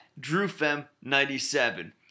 DrewFem97